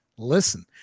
listen